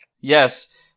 Yes